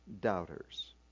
doubters